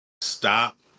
stop